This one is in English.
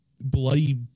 bloody